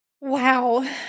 Wow